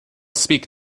speak